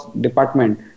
department